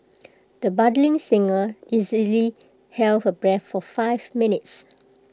the budding singer easily held her breath for five minutes